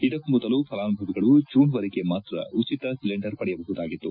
ಇದಕ್ಕೂ ಮೊದಲು ಫಲಾನುಭವಿಗಳು ಜೂನ್ವರೆಗೆ ಮಾತ್ರ ಉಚಿತ ಸಿಲೆಂಡರ್ ಪಡೆಯಬಹುದಾಗಿತ್ತು